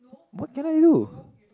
what can I do